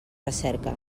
recerca